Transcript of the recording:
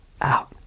out